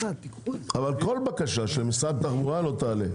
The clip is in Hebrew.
כל בקשה של משרד התחבורה לא תעלה.